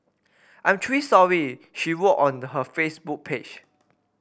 I'm truly sorry she wrote on the her Facebook page